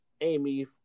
Amy